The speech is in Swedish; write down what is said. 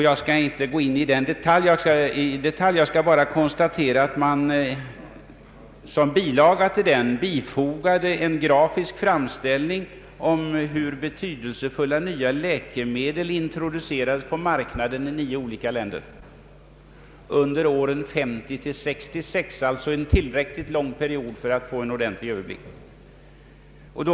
Jag skall inte i detalj gå in på den utan bara konstatera att till rapporten bifogats en grafisk framställning om hur betydelsefulla nya läkemedel introducerats på marknaden i nio olika länder under åren 1950— 1966, alltså en tillräckligt lång period för att få en ordentlig överblick.